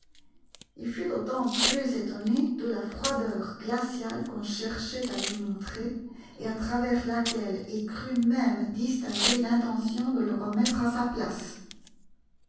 il fut d'autant plus étonné de la froideur glaciale qu'on cherchait à lui montrer et à travers laquelle il crut même distinguer l'intention de le remettre à sa place